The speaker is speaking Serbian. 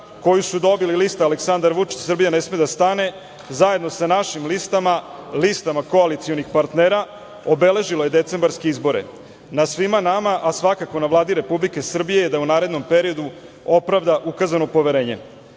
koju su dobili lista Aleksandar Vučić – Srbija ne sme da stane, zajedno sa našim listama, listama koalicionih partnera, obeležilo je decembarske izbore. Na svima nama, a svakako na Vladi Republike Srbije, je da u narednom periodu opravda ukazano poverenje. Moram